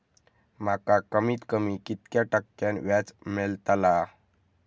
माका कमीत कमी कितक्या टक्क्यान व्याज मेलतला?